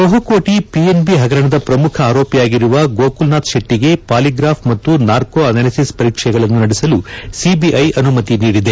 ಬಹುಕೋಟಿ ಪಿಎನ್ಬಿ ಹಗರಣದ ಪ್ರಮುಖ ಆರೋಪಿಯಾಗಿರುವ ಗೋಕುಲ್ ನಾಥ್ ಶೆಟ್ಟಿಗೆ ಪಾಲಿಗ್ರಾಫ್ ಮತ್ತು ನಾರ್ಕೊ ಅನಾಲಿಸಿಸ್ ಪರೀಕ್ಷೆಗಳನ್ನು ನಡೆಸಲು ಸಿಬಿಐ ಅನುಮತಿ ಪಡೆದಿದೆ